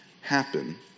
happen